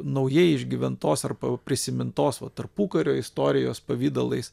naujai išgyventos arba prisimintos tarpukario istorijos pavidalais